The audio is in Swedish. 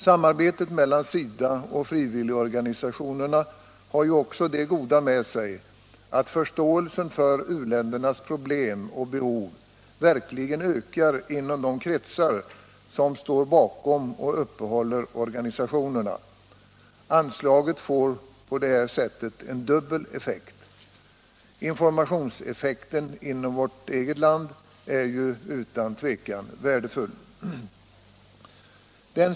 Samarbetet mellan SIDA och frivilligorganisationerna har också det goda med sig att förståelsen för u-ländernas problem och behov verkligen ökar inom de kretsar som står bakom och uppehåller organisationerna. Anslaget får på detta sätt en dubbel effekt, varvid informationseffekten inom vårt eget land utan tvekan är värdefull.